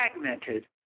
fragmented